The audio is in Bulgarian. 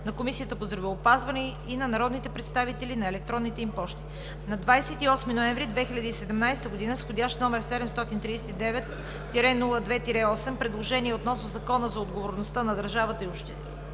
на Комисията по здравеопазването и на народните представители на електронните им пощи. На 28 ноември 2017 г., с вх. № 739-02-08, предложение относно Закона за отговорността на държавата и общините